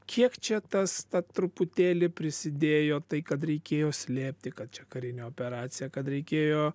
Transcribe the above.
kiek čia tas ta truputėlį prisidėjo tai kad reikėjo slėpti kad čia karinė operacija kad reikėjo